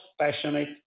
passionate